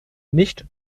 nicht